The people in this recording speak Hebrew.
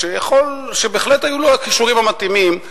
שבהחלט היו לו הכישורים המתאימים,